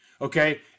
okay